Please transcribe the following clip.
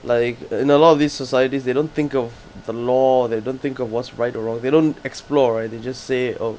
like in a lot of these societies they don't think of the law they don't think of what's right or wrong they don't explore right they just say oh